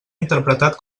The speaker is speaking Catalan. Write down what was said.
interpretat